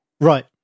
right